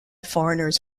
foreigners